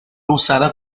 usada